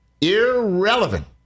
irrelevant